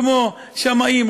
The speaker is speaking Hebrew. כמו שמאים,